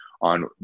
on